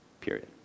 Period